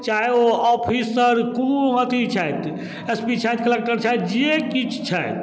चाहे ओ ऑफिससँ कोनो अथी छथि एस पी छथि कलेक्टर छथि जे किछु छथि